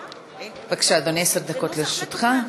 אדוני, עשר דקות לרשותך.